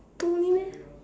two only meh